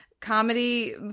comedy